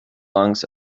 lungs